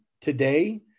today